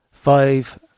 Five